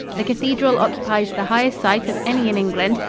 the cathedral occupies the highest site of any in england,